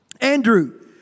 Andrew